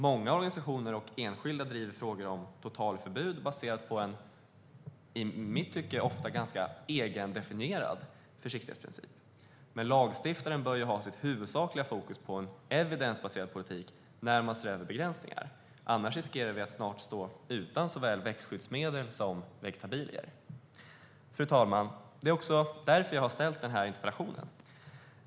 Många organisationer och enskilda driver frågor om totalförbud baserat på en, i mitt tycke, ofta ganska egendefinierad försiktighetsprincip. Lagstiftaren bör dock ha sitt huvudsakliga fokus på en evidensbaserad politik när begränsningar ses över. Annars riskerar vi att snart stå utan såväl växtskyddsmedel som vegetabilier. Fru talman! Det är därför jag har ställt denna interpellation.